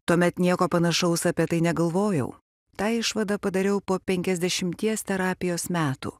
tuomet nieko panašaus apie tai negalvojau tą išvadą padariau po penkiasdešimties terapijos metų